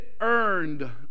earned